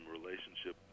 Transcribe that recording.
relationship